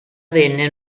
venne